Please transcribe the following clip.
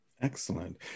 Excellent